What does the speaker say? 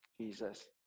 Jesus